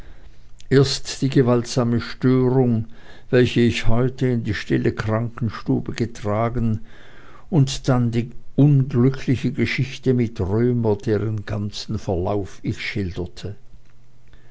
erst die gewaltsame störung welche ich heute in die stille krankenstube getragen und dann die unglückliche geschichte mit römer deren ganzen verlauf ich schilderte